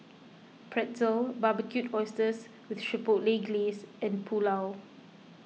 Pretzel Barbecued Oysters with Chipotle Glaze and Pulao